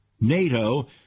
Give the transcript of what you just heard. NATO